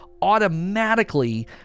Automatically